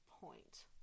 point